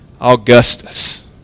Augustus